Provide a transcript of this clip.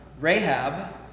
Rahab